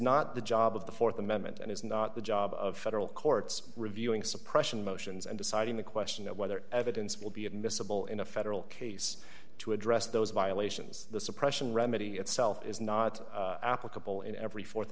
not the job of the th amendment and is not the job of federal courts reviewing suppression motions and deciding the question of whether evidence will be admissible in a federal case to address those violations the suppression remedy itself is not applicable in every